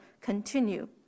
continue